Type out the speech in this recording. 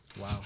Wow